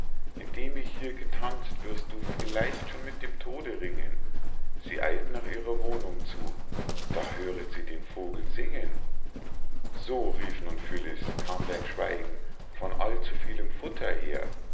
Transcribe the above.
indem ich hier getanzt wirst du vielleicht schon mit dem tode ringen sie eilt nach ihrer wohnung zu da höret sie den vogel singen so rief nun phyllis kam dein schweigen von allzu vielem futter her